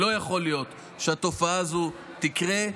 לא יכול להיות שהתופעה הזו תקרה,